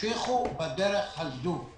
תמשיכו בדרך הזו.